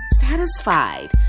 satisfied